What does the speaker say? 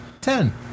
Ten